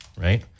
right